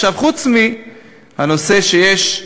עכשיו, חוץ מהנושא שיש,